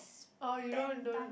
orh you don't don't